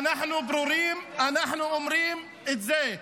אנחנו ברורים, אנחנו אומרים את זה.